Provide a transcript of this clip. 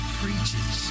preaches